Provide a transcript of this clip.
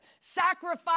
sacrifice